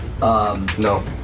No